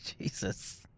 Jesus